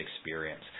experience